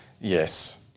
Yes